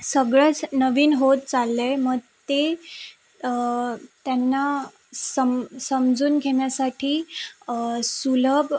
सगळंच नवीन होत चाललं आहे मग ते त्यांना सम समजून घेण्यासाठी सुलभ